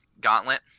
gauntlet